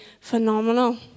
phenomenal